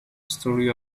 story